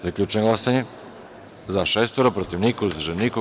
Zaključujem glasanje: za – šest, protiv – niko, uzdržanih – nema.